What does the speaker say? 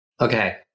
Okay